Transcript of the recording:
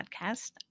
podcast